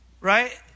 Right